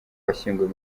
washyinguwe